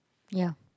ya